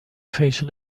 facial